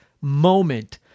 moment